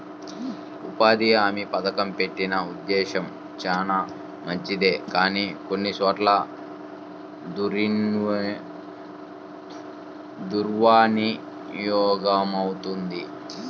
ఉపాధి హామీ పథకం పెట్టిన ఉద్దేశం చానా మంచిదే కానీ కొన్ని చోట్ల దుర్వినియోగమవుతుంది